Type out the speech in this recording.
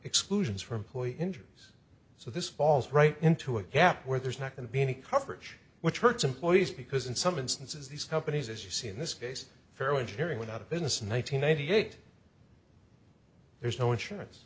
exclusions for employee injuries so this falls right into a gap where there's not going to be any coverage which hurts employees because in some instances these companies as you see in this case fairly engineering without a business in one thousand nine hundred eight there's no insurance